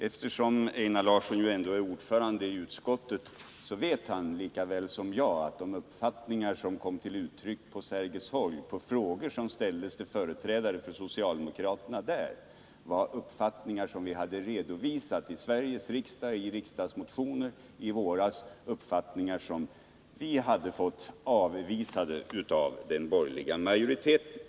Eftersom Einar Larsson ju ändå är ordförande i utskottet vet han lika väl som jag att de uppfattningar som kom till uttryck på Sergels torg på frågor som ställdes till företrädare för socialdemokraterna där var uppfattningar som vi hade redovisat i Sveriges riksdag i motioner i våras, uppfattningar som vi hade fått avvisade av den borgerliga majoriteten.